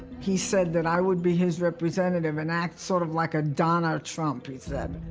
he said that i would be his representative and act sort of like a donna trump, he said,